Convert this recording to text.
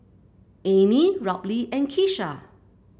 Emmie Robley and Keesha